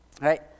right